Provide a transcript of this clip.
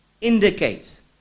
indicates